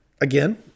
again